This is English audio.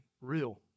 real